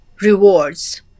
rewards